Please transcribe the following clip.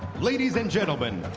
ladies and gentlemen,